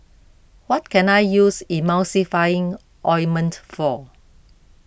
what can I use Emulsying Ointment for